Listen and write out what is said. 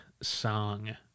song